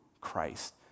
Christ